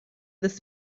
this